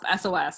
sos